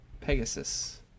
Pegasus